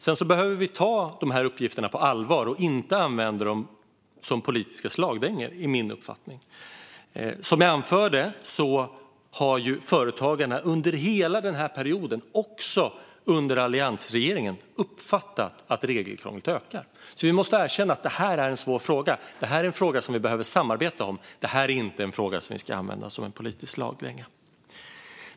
Sedan behöver vi ta de här uppgifterna på allvar och inte använda dem som politiska slagträn. Det är min uppfattning. Som jag anförde har företagarna under hela den här perioden, också under alliansregeringen, uppfattat att regelkrånglet ökar. Vi måste alltså erkänna att det här är en svår fråga. Det här är en fråga som vi behöver samarbeta om och inte en fråga som vi ska använda som ett politiskt slagträ.